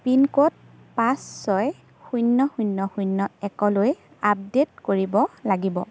pin code পাঁচ ছয় শূন্য শূন্য শূন্য একলৈ আপডে'ট কৰিব লাগিব